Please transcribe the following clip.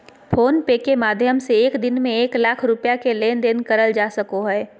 phone पे के माध्यम से एक दिन में एक लाख रुपया के लेन देन करल जा सको हय